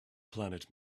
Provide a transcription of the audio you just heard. planet